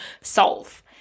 solve